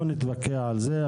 לא נתווכח על זה,